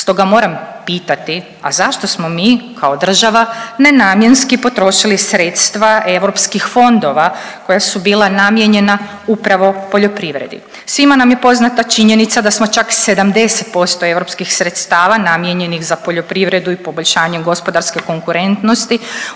Stoga moram pitati, a zašto smo mi kao država nenamjenski potrošili sredstva europskih fondova koja su bila namijenjena upravo poljoprivredi? Svima nam je poznata činjenica da smo čak 70% europskih sredstava namijenjenih za poljoprivredu i poboljšanje gospodarske konkurentnosti